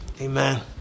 Amen